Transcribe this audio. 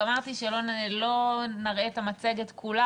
רק אמרתי שלא נראה את כל המצגת כולה,